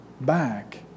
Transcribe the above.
back